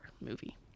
movie